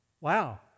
Wow